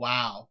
Wow